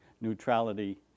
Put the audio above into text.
neutrality